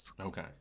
Okay